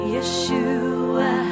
Yeshua